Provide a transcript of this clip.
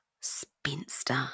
Spinster